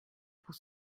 pour